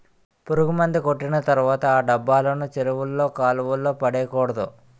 పురుగుమందు కొట్టిన తర్వాత ఆ డబ్బాలను చెరువుల్లో కాలువల్లో పడేకూడదు